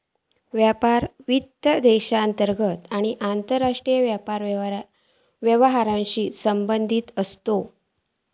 व्यापार वित्त देशांतर्गत आणि आंतरराष्ट्रीय व्यापार व्यवहारांशी संबंधित असता